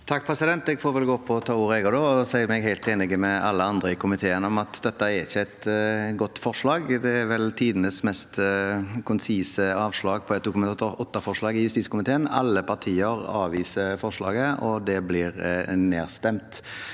også, og si meg helt enig med alle andre i komiteen i at dette ikke er et godt forslag. Det er vel tidenes mest konsise avslag på et Dokument 8-forslag i justiskomiteen. Alle partier avviser forslaget, og det blir nedstemt.